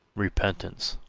repentance,